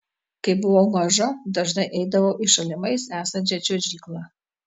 kai buvau maža dažnai eidavau į šalimais esančią čiuožyklą